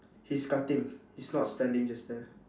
he's cutting he's not standing just there